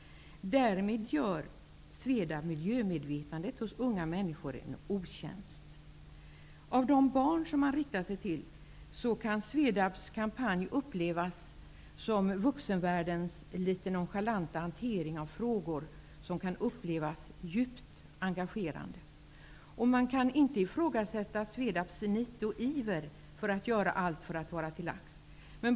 Därmed gör Svedab miljömedvetandet hos unga människor en otjänst. De barn Svedab riktar sig till kan uppleva kampanjen som vuxenvärldens litet nonchalanta hantering av frågor som är djupt engagerande. Man kan inte ifrågasätta Svedabs nit och iver att göra allt för att vara till lags.